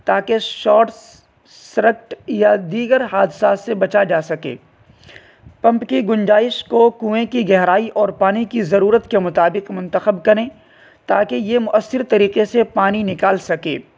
تاکہ short circuit یا دیگر حادثات سے بچا جا سکے پمپ کی گنجائش کو کنویں کی گہرائی اور پانی کی ضرورت کے مطابق منتخب کریں تاکہ یہ مؤثر طریقے سے پانی نکال سکے